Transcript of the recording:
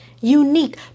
unique